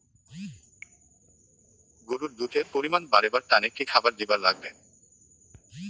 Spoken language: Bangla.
গরুর দুধ এর পরিমাণ বারেবার তানে কি খাবার দিবার লাগবে?